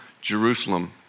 Jerusalem